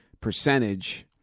percentage